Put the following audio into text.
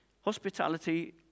Hospitality